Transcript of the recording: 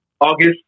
August